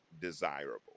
desirable